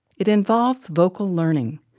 it involves vocal learning,